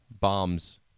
bombs